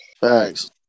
Thanks